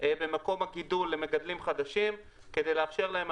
במקום הגידול למגדלים חדשים כדי לאפשר להם.